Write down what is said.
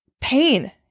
pain